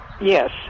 Yes